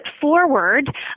forward